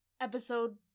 episode